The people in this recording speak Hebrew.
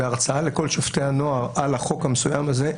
בהרצאה לכל שופטי הנוער על החוק המסוים הזה,